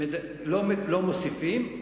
לא מוסיפים,